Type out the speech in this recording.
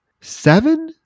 seven